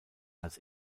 als